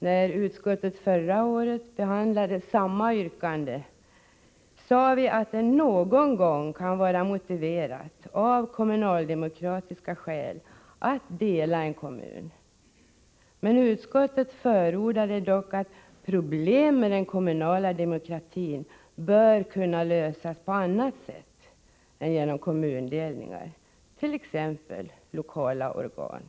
När utskottet förra året behandlade samma yrkande, sade vi att det någon gång kan vara motiverat av kommunaldemokratiska skäl att dela en kommun. Men utskottet anförde, att problem med kommunal demokrati bör kunna lösas på annat sätt än genom kommundelningar, t.ex. genom inrättande av lokala organ.